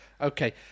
Okay